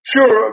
Sure